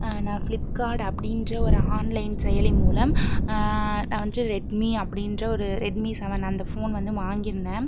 நான் ஃபிலிப்கார்ட் அப்படின்ற ஒரு ஆன்லைன் செயலி மூலம் நான் வந்து ரெட்மி அப்படின்ற ஒரு ரெட்மி செவன் அந்த ஃபோன் வந்து வாங்கியிருந்தேன்